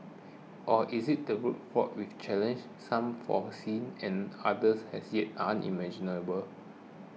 or is it the road fraught with challenges some foreseen and others as yet unimaginable